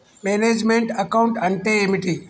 Manage meant account అంటే ఏమిటి?